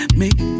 make